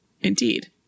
indeed